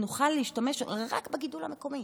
נוכל להשתמש רק בגידול המקומי.